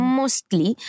mostly